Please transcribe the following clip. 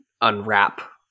unwrap